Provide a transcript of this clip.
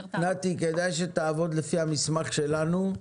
נתי, כדאי שתעבוד לפי המסמך שלנו.